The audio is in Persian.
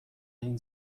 این